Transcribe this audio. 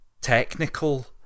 technical